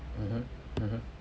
mmhmm mmhmm